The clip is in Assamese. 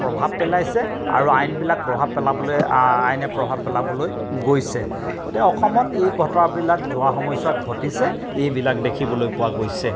প্ৰভাৱ পেলাইছে আৰু আইনবিলাক প্ৰভাৱ পেলাবলৈ আইনে প্ৰভাৱ পেলাবলৈ গৈছে গতিকে অসমত এই কথাবিলাক যোৱা সময়ছোৱাত ঘটিছে এইবিলাক দেখিবলৈ পোৱা গৈছে